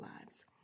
lives